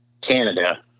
Canada